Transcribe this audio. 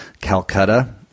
Calcutta